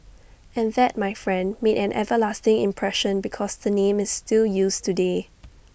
and that my friend made an everlasting impression because the name is still used today